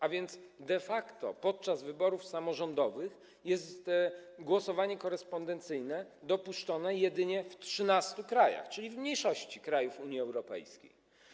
A więc de facto podczas wyborów samorządowych głosowanie korespondencyjne jest dopuszczone jedynie w 13 krajach, czyli w mniejszości krajów Unii Europejskiej.